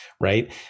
Right